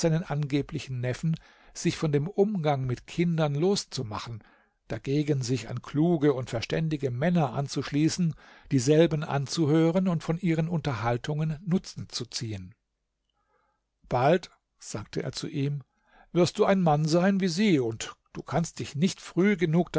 angeblichen neffen sich von dem umgang mit kindern loszumachen dagegen sich an kluge und verständige männer anzuschließen dieselben anzuhören und von ihren unterhaltungen nutzen zu ziehen bald sagte er zu ihm wirst du ein mann sein wie sie und du kannst dich nicht früh genug